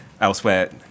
elsewhere